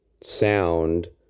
sound